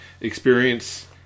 experience